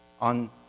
on